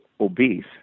obese